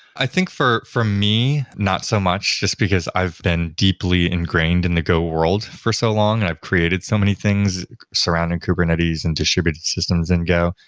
i think for for me, not so much, just because i've been deeply ingrained in the go world for so long and i've created so many things surrounding kubernetes and distributed systems in go.